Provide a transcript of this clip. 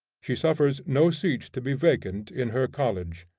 she suffers no seat to be vacant in her college.